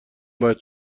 باید